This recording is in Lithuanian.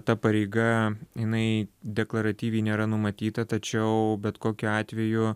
ta pareiga jinai deklaratyviai nėra numatyta tačiau bet kokiu atveju